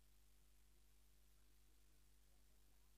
חברי הכנסת, תם סדר-היום.